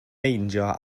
meindio